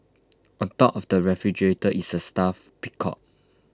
on top of the refrigerator is A stuffed peacock